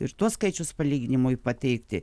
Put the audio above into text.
ir tuos skaičius palyginimui pateikti